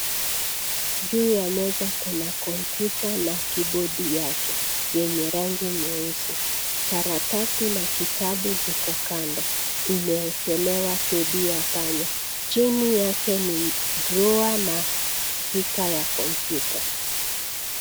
Juu ya meza kuna kompyuta na kibodi yake yenye rangi nyeusi. Karatasi na kitabu ziko kando, imeekelewa pedi ya panya. Chini yake ni drawer na spika ya kompyuta.